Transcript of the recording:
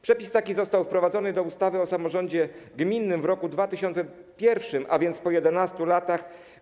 Przepis taki został wprowadzony do ustawy o samorządzie gminnym w roku 2001, a więc po 11 latach.